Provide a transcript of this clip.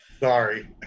Sorry